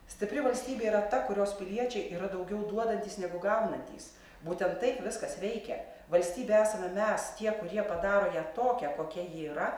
stipri valstybė yra ta kurios piliečiai yra daugiau duodantys negu gaunantys būtent taip viskas veikia valstybė esame mes tie kurie padaro ją tokią kokia ji yra